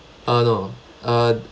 uh no uh